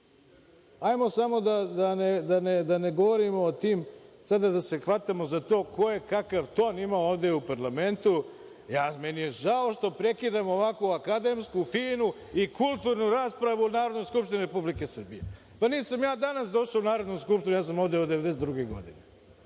samo da ne govorimo, da se hvatamo za to ko je kakav ton imao ovde u parlamentu. Meni je žao što prekidam ovakvu akademsku, finu i kulturnu raspravu u Narodnoj skupštini Republike Srbije. Nisam ja danas došao u Narodnu skupštinu. Ja sam ovde od 1992. godine. Da